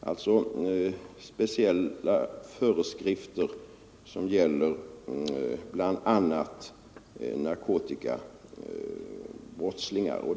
Det är således speciella föreskrifter som gäller bl.a. narkotikabrottslingar.